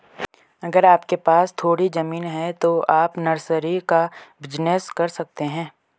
अगर आपके पास थोड़ी ज़मीन है तो आप नर्सरी का बिज़नेस कर सकते है